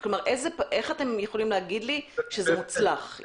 איך אתם יכולים להגיד לי שזה מוצלח?